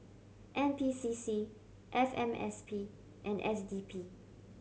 N P C C F M S P and S D P